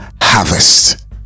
harvest